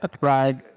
Right